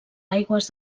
aigües